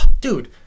Dude